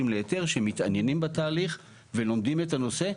להיתר שמתעניינים בתהליך ולומדים את הנושא.